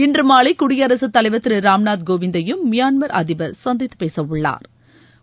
இன்று மாலை குடியரசுத் தலைவர் திரு ராம்நாத் கோவிந்தையும் மியான்மர் அதிபர் சந்தித்து பேச உள்ளா்